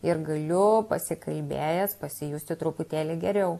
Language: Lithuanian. ir galiu pasikalbėjęs pasijusti truputėlį geriau